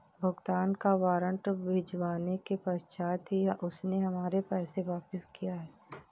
भुगतान का वारंट भिजवाने के पश्चात ही उसने हमारे पैसे वापिस किया हैं